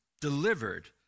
delivered